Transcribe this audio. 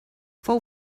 fou